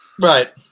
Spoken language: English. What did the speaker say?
Right